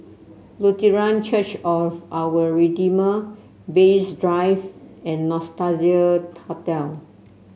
Lutheran Church of Our Redeemer Bay East Drive and Nostalgia Hotel